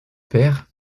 père